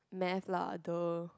Math lah duh